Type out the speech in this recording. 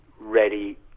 ready